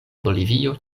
bolivio